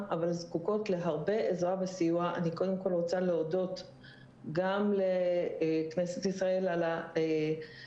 ואני מצטערת להגיד ליאיר גולדמן שעל כן המוגנות